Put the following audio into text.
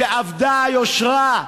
שאבדה היושרה,